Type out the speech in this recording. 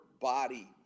body